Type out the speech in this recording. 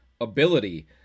ability